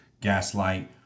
gaslight